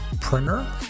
Printer